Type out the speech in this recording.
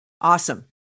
Awesome